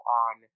on